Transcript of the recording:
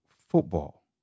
football